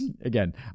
again